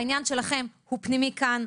העניין שלכם הוא פנימי כאן.